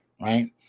right